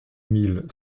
mille